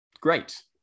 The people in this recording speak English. Great